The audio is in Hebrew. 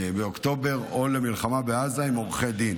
באוקטובר או למלחמה בעזה עם עורכי דין.